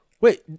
wait